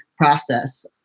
process